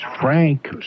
Frank